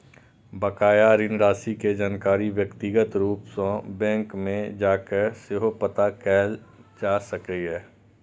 बकाया ऋण राशि के जानकारी व्यक्तिगत रूप सं बैंक मे जाके सेहो पता कैल जा सकैए